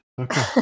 Okay